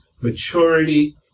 maturity